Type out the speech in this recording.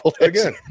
again